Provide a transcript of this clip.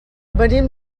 venim